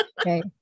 Okay